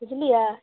बुझलियै